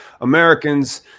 Americans